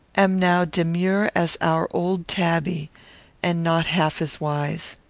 am now demure as our old tabby and not half as wise.